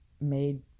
made